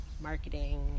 marketing